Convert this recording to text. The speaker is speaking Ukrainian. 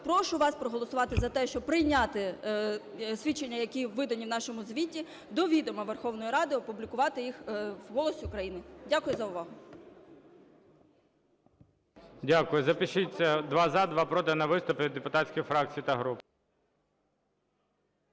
Прошу вас проголосувати за те, щоб прийняти свідчення, які видані в нашому звіті, до відома Верховної Ради, опублікувати їх в "Голосі України". Дякую за увагу. ГОЛОВУЮЧИЙ. Дякую. Запишіться: два – за, два – проти. На виступи від депутатських фракцій та груп.